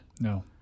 No